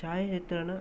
ಛಾಯಾಚಿತ್ರಣ